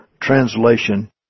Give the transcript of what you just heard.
translation